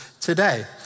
today